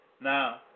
Now